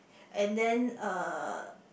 and then uh